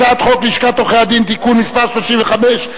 הצעת חוק לשכת עורכי-הדין (תיקון מס' 35),